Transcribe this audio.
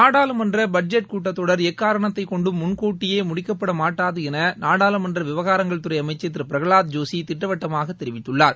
நாடாளுமன்ற பட்ஜெட் கூட்டத்தொடர் எக்காரணத்தை கொண்டும் முன்கூட்டியே முடிக்கப்பட மாட்டாது என நாடாளுமன்ற விவகாரங்கள் துறை அமைச்சர் திரு பிரஹலாத் ஜோஷி திட்டவட்டமாக தெரிவித்துள்ளார்